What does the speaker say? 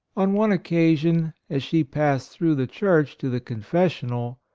on one occasion, as she passed through the church to the confes sional,